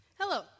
Hello